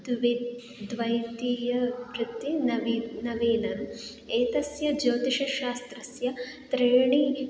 द्वि द्वितीयं प्रति नवीनम् एतस्य ज्यौतिषशास्त्रस्य त्रीणि